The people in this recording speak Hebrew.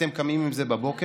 אתם קמים עם זה בבוקר,